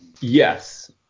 yes